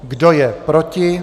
Kdo je proti?